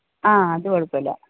ആ അത് കുഴപ്പമില്ല